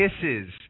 kisses